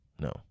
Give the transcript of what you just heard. no